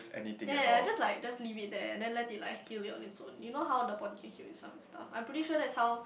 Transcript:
ya ya ya just like just leave it there then let it like heal it on its own you know how the body can heal itself and stuff I'm pretty sure that's how